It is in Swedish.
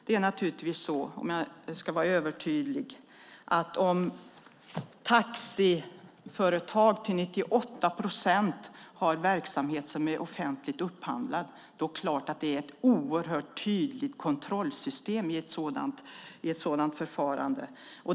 Det är naturligtvis så, om jag ska vara övertydlig, att det om taxiföretag till 98 procent har verksamhet som är offentligt upphandlad är ett oerhört tydligt kontrollsystem i ett sådant förfarande.